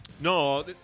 No